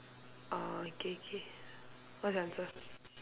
orh k k what's your answer